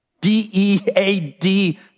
D-E-A-D